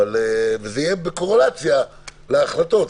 וזה יהיה בקורלציה להחלטות.